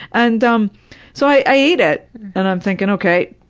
and um so i ate it and i'm thinking, okay,